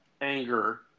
anger